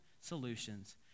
solutions